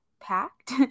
packed